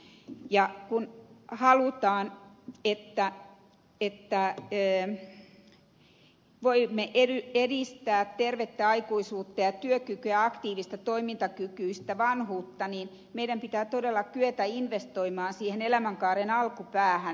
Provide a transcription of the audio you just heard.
ja kun halutaan että voimme edistää tervettä aikuisuutta ja työkykyä ja aktiivista toimintakykyistä vanhuutta meidän pitää todella kyetä investoimaan siihen elämänkaaren alkupäähän